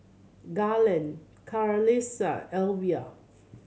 Garland Clarissa Alvia